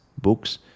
books